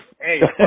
Hey